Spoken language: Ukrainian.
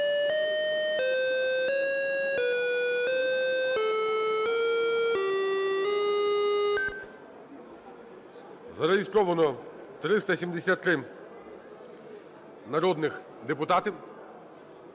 Зареєстровано 373 народних депутатів.